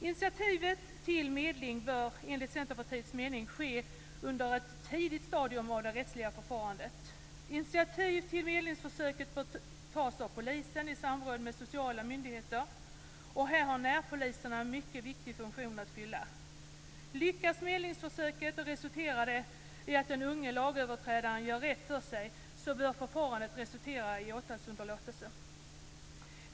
Initiativet till medling bör enligt Centerpartiets mening ske under ett tidigt stadium av det rättsliga förfarandet. Initiativ till medlingsförsöket bör tas av polisen i samråd med sociala myndigheter. Här har närpoliserna en mycket viktig funktion att fylla. Lyckas medlingsförsöket och det resulterar i att den unge lagöverträdare gör rätt för sig, bör förfarandet resultera i åtalsunderlåtelse.